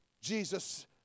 Jesus